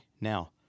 Now